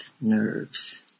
Nerves